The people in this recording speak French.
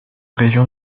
région